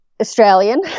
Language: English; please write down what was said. Australian